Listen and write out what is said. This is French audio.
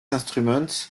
instruments